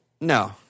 No